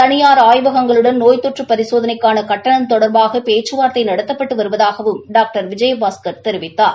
தனியார் ஆய்வகங்களுடன் நோய் தொற்று பரிசோதனைக்காள கட்டணம் தொடர்பாக பேச்சுவார்தை நடத்தப்பட்டு வருவதாகவும் டாக்டர் விஜயபாஸ்கர் தெரிவித்தார்